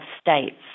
states